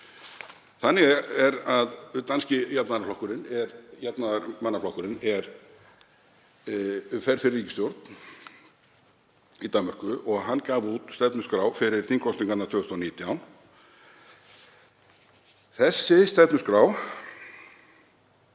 Þannig er að danski jafnaðarmannaflokkurinn fer fyrir ríkisstjórn í Danmörku og hann gaf út stefnuskrá fyrir þingkosningarnar 2019. Þessi stefnuskrá